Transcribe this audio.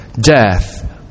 death